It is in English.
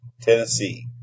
Tennessee